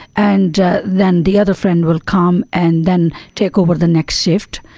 and then the other friend will come and then take over the next shift.